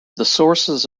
sources